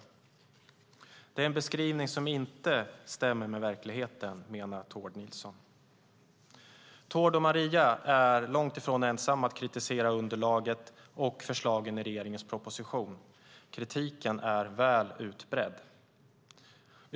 Tord Nilsson menar att det är en beskrivning som inte stämmer med verkligheten. Tord och Maria är långt ifrån ensamma om att kritisera underlaget och förslagen i regeringens proposition. Kritiken är väl utbredd.